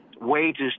wages